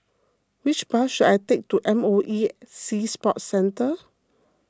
which bus should I take to M O E Sea Sports Centre